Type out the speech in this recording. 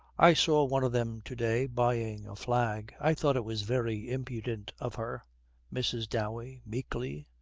i saw one of them to-day buying a flag. i thought it was very impudent of her mrs. dowey, meekly,